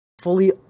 fully